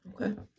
okay